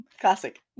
Classic